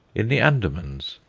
in the andamans,